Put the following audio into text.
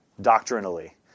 Doctrinally